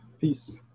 Peace